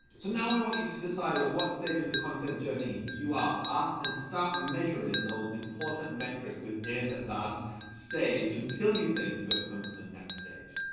so now we want you to decide at what stage of the content journey you are at and start measuring those important metrics within that stage until you think you have come to the next stage.